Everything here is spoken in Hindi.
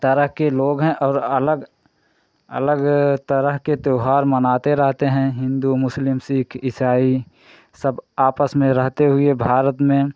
तरह के लोग हैं और अलग अलग तरह के त्यौहार मनाते रहते हैं हिन्दू मुस्लिम सिख ईसाई सब आपस में रहते हुए भारत में